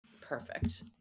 perfect